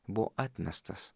buvo atmestas